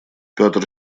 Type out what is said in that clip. петр